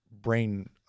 brain